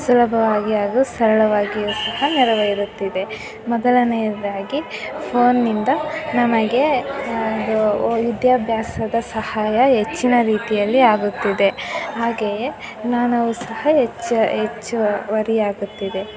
ಸುಲಭವಾಗಿ ಹಾಗೂ ಸರಳವಾಗಿಯೂ ಸಹ ನೆರವೇರುತ್ತಿದೆ ಮೊದಲನೆಯದಾಗಿ ಫೋನ್ ನಿಂದ ನಮಗೆ ಇದು ವಿದ್ಯಾಭ್ಯಾಸದ ಸಹಾಯ ಹೆಚ್ಚಿನ ರೀತಿಯಲ್ಲಿ ಆಗುತ್ತಿದೆ ಹಾಗೆಯೇ ಜ್ಞಾನವೂ ಸಹ ಹೆಚ್ಚು ಹೆಚ್ಚುವರಿಯಾಗುತ್ತಿದೆ